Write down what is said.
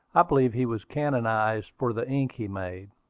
i believe he was canonized for the ink he made.